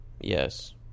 Yes